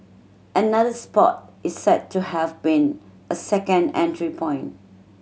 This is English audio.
another spot is said to have been a second entry point